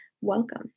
welcome